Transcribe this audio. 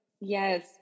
Yes